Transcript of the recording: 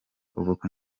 ubukwe